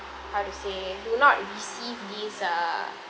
how to say do not receive this err